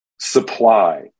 supply